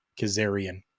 Kazarian